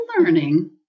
learning